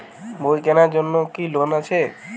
বই কেনার জন্য কি কোন লোন আছে?